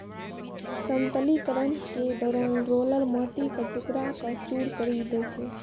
समतलीकरण के दौरान रोलर माटी क टुकड़ा क चूर करी दै छै